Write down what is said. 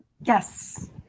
Yes